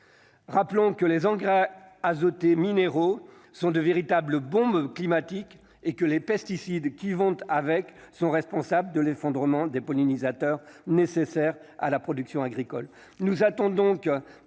rappelons que les engrais azotés minéraux sont de véritables bombes climatique et que les pesticides qui vont avec son responsable de l'effondrement des pollinisateurs nécessaires à la production agricole,